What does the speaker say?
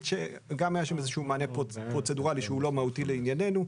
שגם היה שם איזשהו מענה פרוצדורלי שהוא לא מהותי לענייננו,